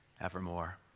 evermore